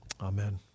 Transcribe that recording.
Amen